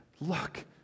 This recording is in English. Look